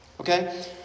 Okay